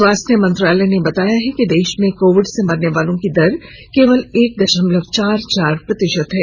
स्वास्थ्य मंत्रालय ने बताया है कि देश में कोविड से मरने वालों की दर केवल एक दशमलव चार चार प्रतिशत है